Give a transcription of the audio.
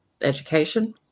education